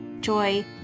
joy